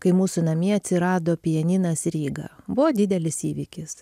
kai mūsų namie atsirado pianinas ryga buvo didelis įvykis